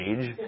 age